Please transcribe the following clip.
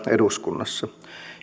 eduskunnassa